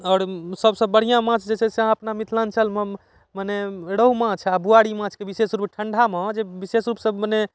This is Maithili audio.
आओर सभसँ बढ़िआँ माछ जे छै से अपना मिथिलाञ्चलमे मने रोहु माछ आओर बुआरी माछके विशेष रूपसँ ठंडामे जे विशेष रूपसँ मने